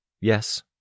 Yes